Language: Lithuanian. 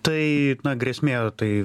tai na grėsmė tai